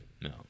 no